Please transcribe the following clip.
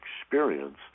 experience